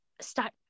start